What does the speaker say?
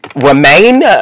Remain